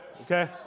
okay